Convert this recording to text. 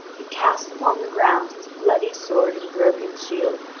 he cast upon the ground his bloody sword and broken shield,